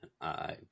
I